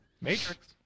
Matrix